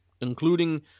including